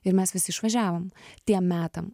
ir mes visi išvažiavom tiem metam